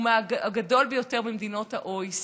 הוא מהגדול ביותר במדינות ה-OECD.